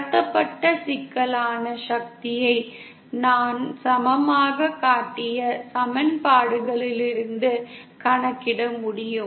கடத்தப்பட்ட சிக்கலான சக்தியை நான் சமமாகக் காட்டிய சமன்பாடுகளிலிருந்து கணக்கிட முடியும்